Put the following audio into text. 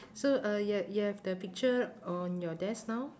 so uh you ha~ you have the picture on your desk now